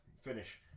finish